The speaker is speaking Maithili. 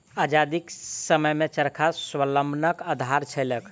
आजादीक समयमे चरखा स्वावलंबनक आधार छलैक